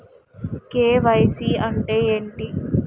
KYC అంటే ఏంటి?